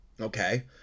Okay